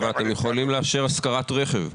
אבל אתם יכולים לאשר השכרת רכב.